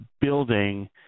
building